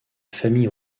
famille